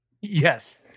Yes